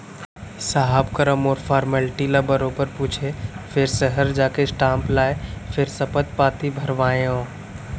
साहब करा मोर फारमेल्टी ल बरोबर पूछें फेर सहर जाके स्टांप लाएँ फेर सपथ पाती भरवाएंव